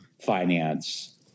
finance